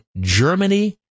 Germany